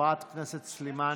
חברת הכנסת סלימאן,